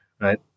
right